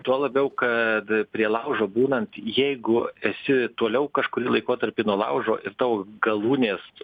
tuo labiau kad prie laužo būnant jeigu esi toliau kažkurį laikotarpį nuo laužo ir tau galūnės